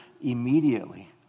immediately